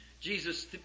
Jesus